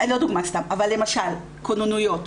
אבל למשל כוננויות,